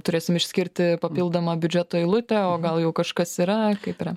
turėsim išskirti papildomą biudžeto eilutę o gal jau kažkas yra kaip yra